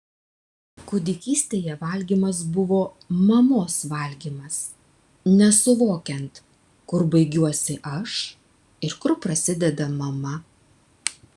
kūdikystėje valgymas buvo mamos valgymas nesuvokiant kur baigiuosi aš ir kur prasideda mama